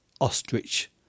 ostrich